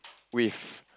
with